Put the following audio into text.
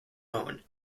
own